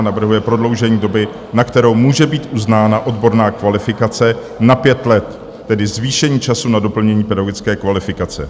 Navrhuje prodloužení doby, na kterou může být uznána odborná kvalifikace, na pět let, tedy zvýšení času na doplnění pedagogické kvalifikace.